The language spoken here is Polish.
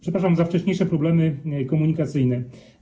Przepraszam za wcześniejsze problemy komunikacyjne.